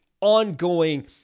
ongoing